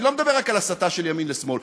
אני לא מדבר רק על הסתה של ימין לשמאל,